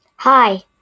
Hi